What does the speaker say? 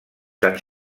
sant